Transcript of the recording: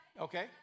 Okay